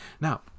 Now